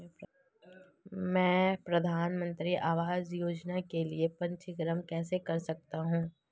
मैं प्रधानमंत्री आवास योजना के लिए पंजीकरण कैसे कर सकता हूं?